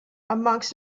amongst